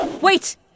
Wait